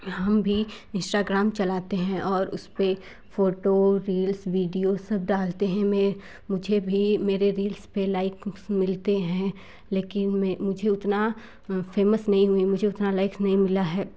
हम भी इंस्टाग्राम चलाते हैं और उस पर फोटो रील्स वीडियो सब डालते हैं मैं मुझे भी मेरे रील्स पर लाइक कुछ मिलते हैं लेकिन मैं मुझे उतना फेमस नहीं हुए मुझे उतना लाइक नहीं मिला है